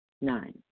Nine